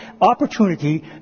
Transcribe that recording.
opportunity